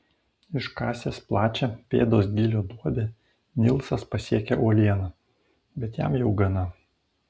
iškasęs plačią pėdos gylio duobę nilsas pasiekia uolieną bet jam jau gana